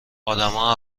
آدما